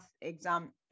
exam